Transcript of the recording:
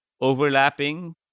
overlapping